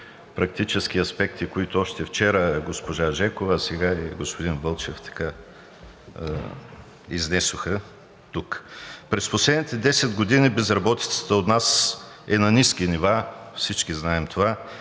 практически аспекти, които още вчера госпожа Жекова, а сега и господин Вълчев изнесоха тук. През последните 10 години безработицата у нас е на ниски нива и всички знаем това.